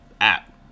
app